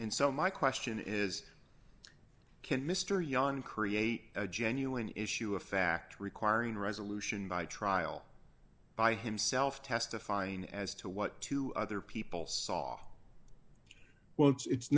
and so my question is can mr yon create a genuine issue of fact requiring resolution by trial by himself testifying as to what two other people saw well it's